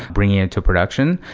bringing it into production.